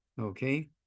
okay